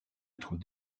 être